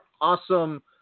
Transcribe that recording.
awesome